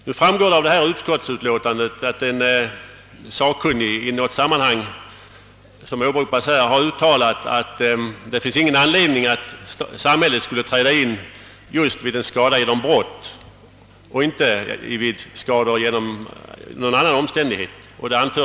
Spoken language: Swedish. Det framgår av utskottsutlåtandet, att någon sakkunnig i något sammanhang har uttalat, att det inte finns någon anledning för samhället att träda in just vid en skada som tillfogats genom brott och inte lika gärna vid en skada som orsakats av någon annan omständighet.